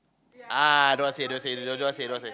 ah don't want say don't want say don't want say don't want say